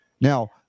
Now